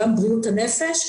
גם בריאות הנפש,